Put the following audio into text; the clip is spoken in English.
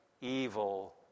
evil